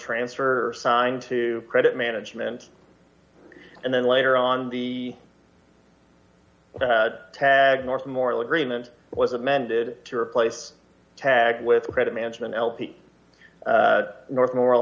transfer or sign to credit management and then later on the teg north moral agreement was amended to replace tag with credit management l p north moral